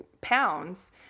pounds